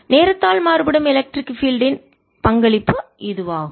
எனவே நேரத்தால் மாறுபடும் எலக்ட்ரிக் பீல்டு மின்சார புலம் ன் பங்களிப்பு இதுவாகும்